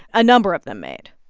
a number of them, made.